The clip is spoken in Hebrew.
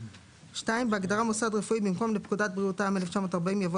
(2) בהגדרה "מוסד רפואי" במקום "לפקודת בריאות העם 1940" יבוא